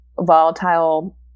volatile